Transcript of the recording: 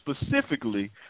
specifically